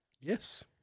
Yes